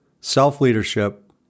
self-leadership